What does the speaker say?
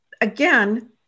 again